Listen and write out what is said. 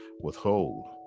withhold